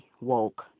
Woke